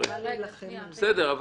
--- מה